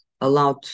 allowed